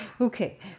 Okay